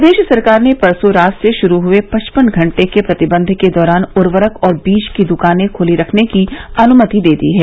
प्रदेश सरकार ने परसों रात से शुरू हए पचपन घंटे के प्रतिब्ध के दौरान उर्वरक और बीज की दुकानें खुली रखने की अनुमति दे दी है